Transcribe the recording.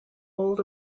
old